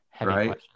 right